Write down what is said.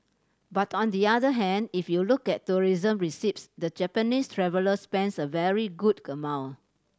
but on the other hand if you look at tourism receipts the Japanese traveller spends a very good amount